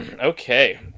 okay